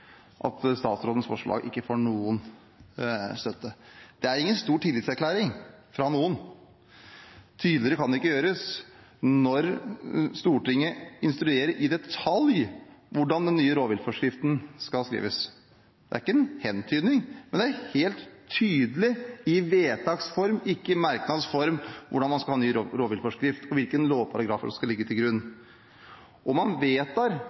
at statsrådens forslag ikke får noen støtte. Det er ingen stor tillitserklæring fra noen. Tydeligere kan det ikke gjøres når Stortinget instruerer i detalj hvordan den nye rovviltforskriften skal skrives. Det er ikke en hentydning, det er helt tydelig i vedtaks form, ikke i merknads form, hvordan man skal ha ny rovviltforskrift, og hvilke lovparagrafer som skal ligge til grunn. Og man